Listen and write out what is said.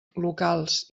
locals